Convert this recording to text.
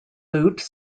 lute